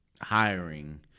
hiring